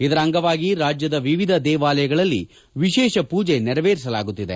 ಇದರ ಅಂಗವಾಗಿ ರಾಜ್ಯದ ವಿವಿಧ ದೇವಾಲಯಗಳಲ್ಲಿ ವಿಶೇಷ ಪೂಜೆ ನೆರವೇರಿಸಲಾಗುತ್ತಿದೆ